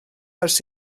ers